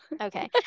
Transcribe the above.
Okay